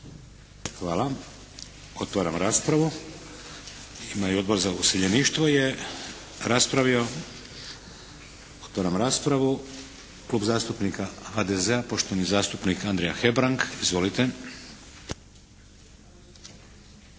Hvala. Otvaram raspravu. Ima i Odbor za useljeništvo je raspravio. Otvaram raspravu. Klub zastupnika HDZ-a poštovani zastupnik Andrija Hebrang. Izvolite.